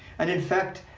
and in fact,